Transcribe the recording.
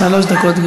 שלוש דקות,